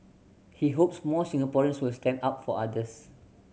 he hopes more Singaporeans will stand up for others